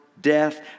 death